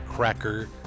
cracker